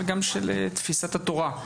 גם של תפיסת התורה,